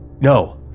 No